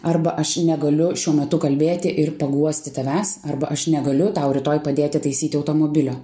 arba aš negaliu šiuo metu kalbėti ir paguosti tavęs arba aš negaliu tau rytoj padėti taisyti automobilio